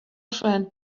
friend